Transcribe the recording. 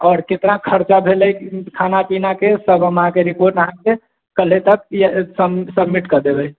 और केतना खर्चा भेलै खाना पीना के सब हम अहाँके रिपोर्ट हम अहाँके कले तक सबमिट कऽ देबै